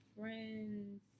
friends